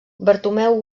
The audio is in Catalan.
bartomeu